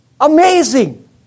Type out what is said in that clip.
Amazing